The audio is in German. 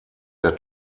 der